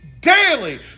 daily